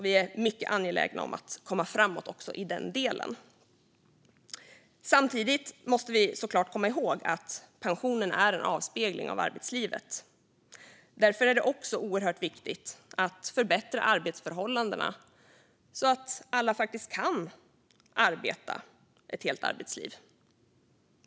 Vi är mycket angelägna om att komma framåt i den delen. Samtidigt måste vi såklart komma ihåg att pensionen är en avspegling av arbetslivet. Därför är det oerhört viktigt att förbättra arbetsförhållandena så att alla faktiskt kan arbeta ett helt arbetsliv.